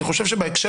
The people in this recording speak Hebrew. אני חושב שבהקשר